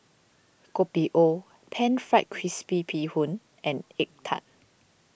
Kopi O Pan Fried Crispy Bee Hoon and Egg Tart